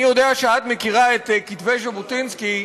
אני יודע שאת מכירה את כתבי ז'בוטינסקי,